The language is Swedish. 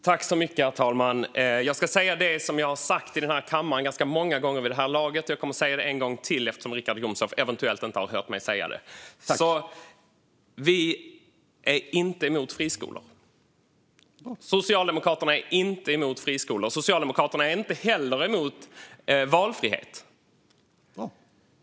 Herr talman! Jag ska säga något som jag har sagt ganska många gånger i den här kammaren vid det här laget. Jag kommer att säga det en gång till eftersom Richard Jomshof eventuellt inte har hört mig säga det. Vi är inte emot friskolor. Socialdemokraterna är inte emot friskolor, och Socialdemokraterna är inte heller emot valfrihet. : Bra!)